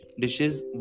dishes